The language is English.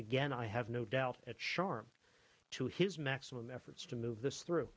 again i have no doubt at sharm to his maximum efforts to move this through